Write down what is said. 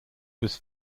was